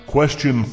Question